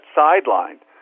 sidelined